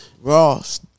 Ross